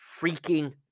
Freaking